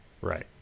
Right